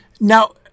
now